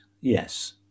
yes